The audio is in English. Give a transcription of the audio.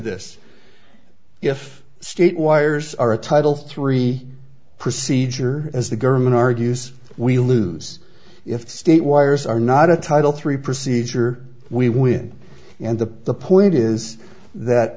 this if state wires are a title three procedure as the government argues we lose if state wires are not a title three procedure we win and the point is that